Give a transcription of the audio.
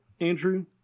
andrew